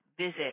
visit